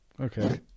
Okay